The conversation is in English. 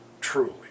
Truly